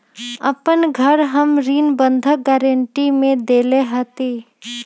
अपन घर हम ऋण बंधक गरान्टी में देले हती